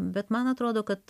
bet man atrodo kad